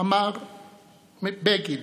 אמר בגין.